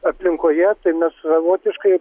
aplinkoje tai mes savotiškai